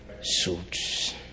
suits